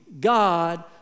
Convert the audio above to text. God